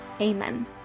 Amen